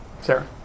Sarah